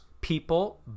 people